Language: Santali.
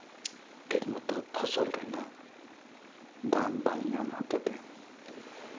ᱴᱷᱤᱠ ᱢᱚᱛᱚ ᱯᱷᱚᱥᱚᱞ ᱨᱮᱭᱟᱜ ᱫᱟᱢ ᱵᱟᱝ ᱧᱟᱢ ᱦᱚᱛᱮ ᱛᱮ